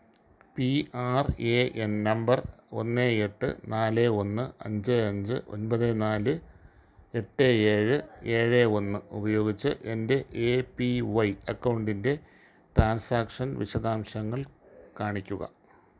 P R A N number ഒന്ന് എട്ട് നാല് ഒന്ന് അഞ്ച് അഞ്ച് ഒന്പത് നാല് എട്ട് ഏഴ് ഏഴ് ഒന്ന് ഉപയോഗിച്ച് എന്റെ എ പി വൈ അക്കൗണ്ടിന്റെ ട്രാൻസാക്ഷൻ വിശദാംശങ്ങൾ കാണിക്കുക